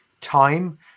Time